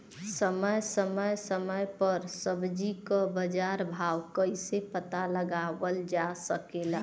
समय समय समय पर सब्जी क बाजार भाव कइसे पता लगावल जा सकेला?